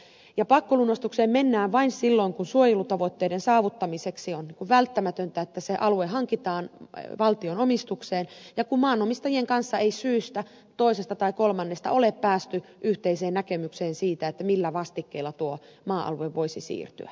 pakkolunastukseen mennään vain silloin kun suojelutavoitteiden saavuttamiseksi on välttämätöntä että se alue hankitaan valtion omistukseen ja kun maanomistajien kanssa ei syystä toisesta tai kolmannesta ole päästy yhteiseen näkemykseen siitä millä vastikkeella tuo maa alue voisi siirtyä